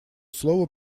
слово